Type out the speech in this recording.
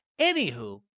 Anywho